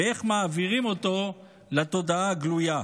ואיך מעבירים אותו לתודעה הגלויה.